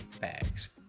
bags